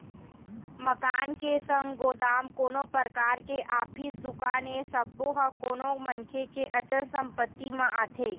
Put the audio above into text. मकान के संग गोदाम, कोनो परकार के ऑफिस, दुकान ए सब्बो ह कोनो मनखे के अचल संपत्ति म आथे